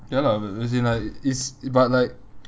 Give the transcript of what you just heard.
ya lah as in like it's but like